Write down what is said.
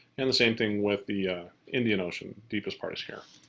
and the same thing with the indian ocean. deepest part is here.